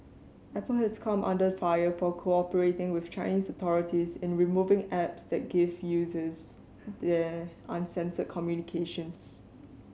Apple has come under fire for cooperating with Chinese authorities in removing apps that gave users there uncensored communications